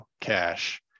cash